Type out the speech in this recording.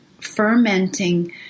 fermenting